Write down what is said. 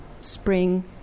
spring